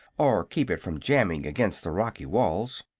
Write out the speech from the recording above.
or keep it from jamming against the rocky walls.